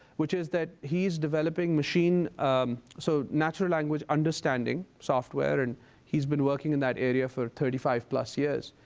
which is that he's developing machine so, natural language understanding software. and he's been working in that area for thirty five plus years.